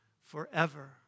forever